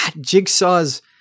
Jigsaw's